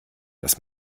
das